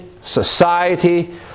society